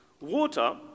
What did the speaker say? water